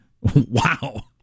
Wow